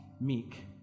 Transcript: meek